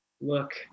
look